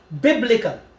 Biblical